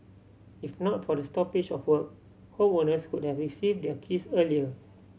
if not for the stoppage of work homeowners could have receive their keys earlier